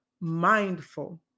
mindful